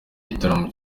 gitaramo